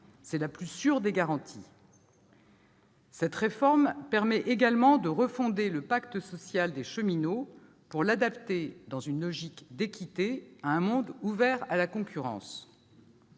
C'est la plus sûre des garanties. Cette réforme permet également de refonder le pacte social des cheminots pour l'adapter, dans une logique d'équité, à un monde ouvert à la concurrence.